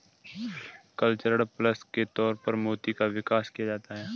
cultured pearls के तौर पर मोती का विकास किया जाता है